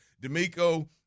D'Amico